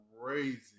crazy